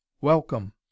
Welcome